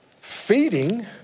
feeding